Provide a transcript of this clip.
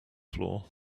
floor